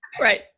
Right